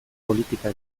politika